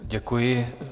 Děkuji.